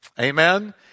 Amen